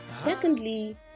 Secondly